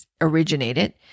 originated